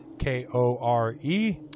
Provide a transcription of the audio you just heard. k-o-r-e